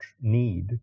need